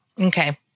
Okay